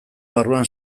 barruan